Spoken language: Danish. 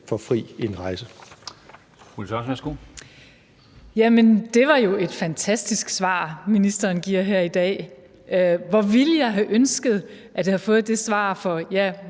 Tørnæs (V): Det er jo et fantastisk svar, ministeren giver her i dag. Hvor ville jeg have ønsket, at jeg havde fået det svar for –